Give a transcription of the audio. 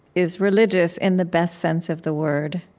is religious in the best sense of the word,